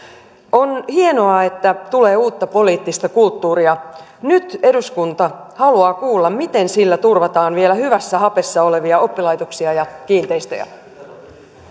on hienoa että tulee uutta poliittista kulttuuria nyt eduskunta haluaa kuulla miten sillä turvataan vielä hyvässä hapessa olevia oppilaitoksia ja kiinteistöjä